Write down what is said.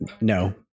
no